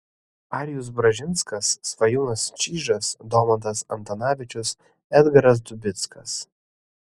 arijus bražinskas svajūnas čyžas domantas antanavičius edgaras dubickas